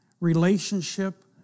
relationship